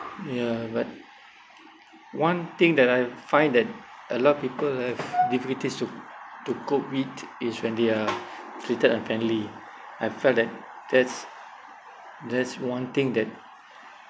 ya but one thing that I find that a lot of people have difficulties to to cope with is when they are treated unfairly I felt that that's that's one thing that